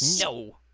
no